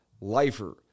lifer